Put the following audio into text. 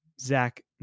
Zach